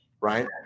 right